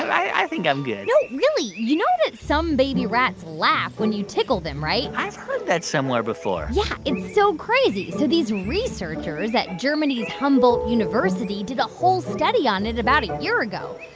i think i'm good no, really. you know that some baby rats laugh when you tickle them, right? i've heard that somewhere before yeah, it's so crazy. so these researchers at germany's humboldt university did a whole study on it about a year ago.